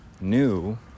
new